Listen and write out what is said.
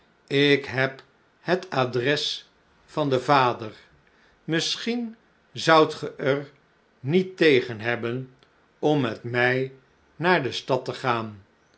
ik heb het adres van den vader misschien zoudt ge er niet tegen hebben om met mij naar de stad te gaan